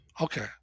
Okay